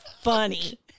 funny